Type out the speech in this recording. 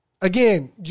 again